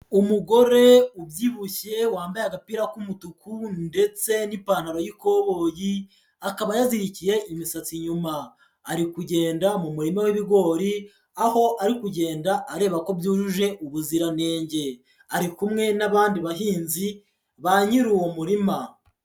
Umugore ubyibushye wambaye agapira k'umutuku ndetse n'ipantaro y'ikoboyi, akaba yazirikiye imisatsi inyuma, ari kugenda mu murima w'ibigori, aho ari kugenda areba ko byujuje ubuziranenge, ari kumwe n'abandi bahinzi, ba nyiri uwo murima.